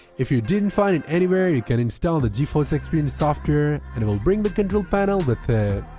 if you didn't find it anywhere, you can install the geforce experience software, and it will bring the control panel with it.